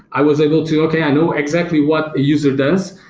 i was able to, okay. i know exactly what a user does,